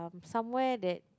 somewhere that